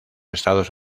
estados